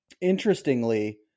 interestingly